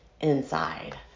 inside